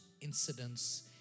incidents